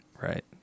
right